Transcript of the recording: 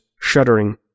shuddering